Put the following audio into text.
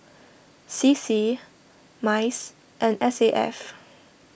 C C Mice and S A F